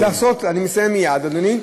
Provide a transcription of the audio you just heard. אני מסיים מייד, אדוני.